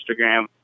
instagram